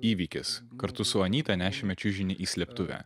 įvykis kartu su anyta nešėme čiužinį į slėptuvę